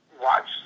watch